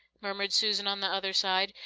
murmured susan, on the other side,